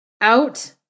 out